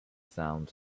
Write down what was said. sound